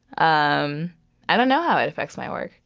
um i don't know how it affects my work.